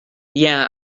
yeah